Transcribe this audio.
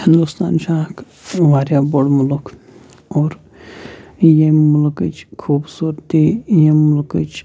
ہِندوستان چھُ اکھ واریاہ بوٚڑ مُلک اور ییٚمہِ ملکٕچ خوٗبصوٗرتی ییٚمہِ ملکٕچ